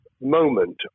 moment